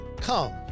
Come